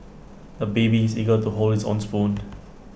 the baby is eager to hold his own spoon